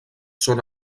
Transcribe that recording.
són